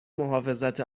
محافظت